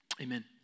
Amen